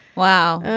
wow.